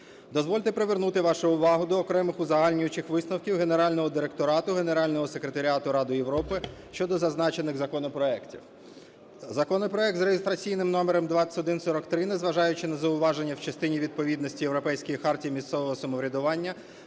Дозвольте привернути вашу увагу до окремих узагальнюючих висновків Генерального директорату Генерального секретаріату Ради Європи щодо зазначених законопроектів. Законопроект за реєстраційним номером 2143, незважаючи на зауваження в частині відповідності Європейській хартії місцевого самоврядування,